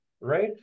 right